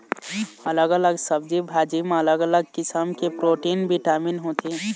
अलग अलग सब्जी भाजी म अलग अलग किसम के प्रोटीन, बिटामिन होथे